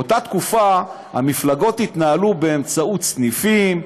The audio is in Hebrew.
באותה תקופה המפלגות התנהלו באמצעות סניפים,